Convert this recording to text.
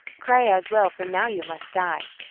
cry out well, for now you must die!